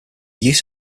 use